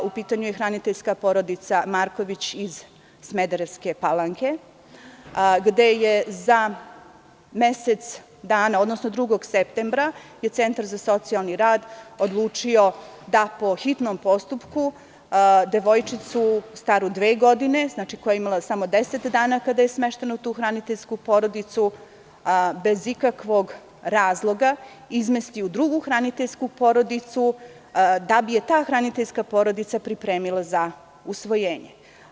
U pitanju je hraniteljska porodica Marković iz Smederevske Palanke, gde je za mesec dana, odnosno 2. septembra, Centar za socijalni rad odlučio da po hitnom postupku devojčicu staru dve godine, koja je imala samo deset dana kada je smeštena u tu hraniteljsku porodicu, bez ikakvog razloga izmesti u drugu hraniteljsku porodicu, da bi je ta hraniteljska porodica pripremila za usvojenje.